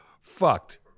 fucked